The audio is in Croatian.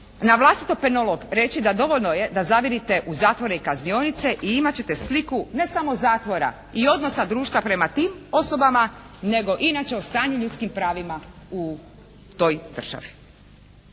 na vlastiti … reći da dovoljno je da zavirite u zatvore i kaznionice i imati ćete sliku ne samo zatvora i odnosa društva prema tim osobama nego inače o stanju u ljudskim pravima u toj državi.